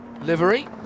livery